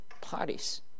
parties